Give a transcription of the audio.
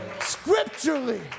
scripturally